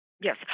Yes